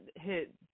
hit